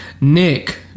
Nick